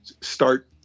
start